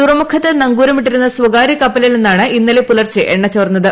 തുറമുഖത്ത് നങ്കൂരമിട്ടിരുന്ന സ്വകാര്യ കപ്പലിൽ നിന്നാണ് ഇന്നലെ പുലർച്ചെ എണ്ണ ചോർന്നത്